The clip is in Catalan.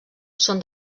són